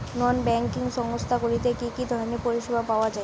নন banking সংস্থা গুলিতে কি কি ধরনের পরিসেবা পাওয়া য়ায়?